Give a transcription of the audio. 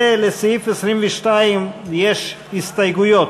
ולסעיף 22 יש הסתייגויות,